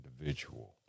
individual